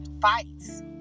fights